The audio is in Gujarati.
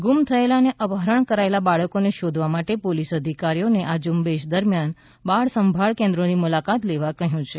ગુમ થયેલા અને અપહરણ કરાયેલા બાળકોને શોધવા માટે પોલીસ અધિકારીઓને આ ઝુંબેશ દરમિયાન બાળસંભાળ કેન્દ્રોની મુલાકાત લેવા કહયું છે